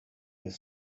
was